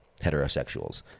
heterosexuals